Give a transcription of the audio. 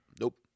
Nope